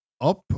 up